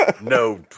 No